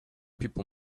people